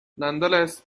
nonetheless